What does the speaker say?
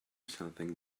something